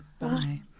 Bye